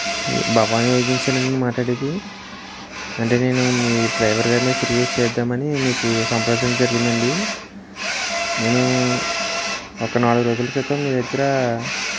Bhavani agency ఏనండి మాట్లాడేది అంటే నేను మీ డ్రైవర్ గారి మీద పిర్యాదు చేద్దామని మీకు సంప్రదించడం జరిగిందండి నేను ఒక నాలుగు రోజుల క్రితం మీ దగ్గర